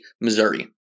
Missouri